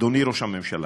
אדוני ראש הממשלה,